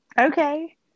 Okay